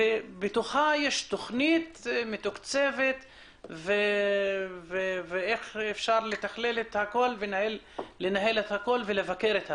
שבתוכה תהיה תכנית מתוקצבת ואיך אפשר יהיה לנהל את הכול ולבקר את הכול.